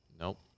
Nope